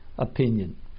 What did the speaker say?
opinion